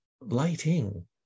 lighting